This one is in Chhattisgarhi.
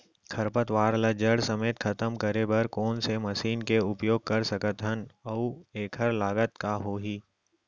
खरपतवार ला जड़ समेत खतम करे बर कोन से मशीन के उपयोग कर सकत हन अऊ एखर लागत का होही?